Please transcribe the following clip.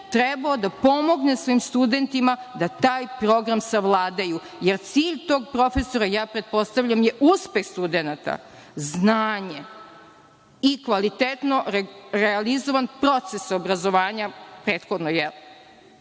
trebao da pomogne svojim studentima da taj program savladaju. Jer, cilj tog profesora, ja pretpostaljam, jeste uspeh studenata, znanje i kvalitetno realizovan proces obrazovanja prethodno.